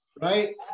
Right